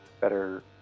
better